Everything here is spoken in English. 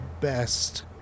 best